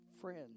friends